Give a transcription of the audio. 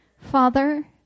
Father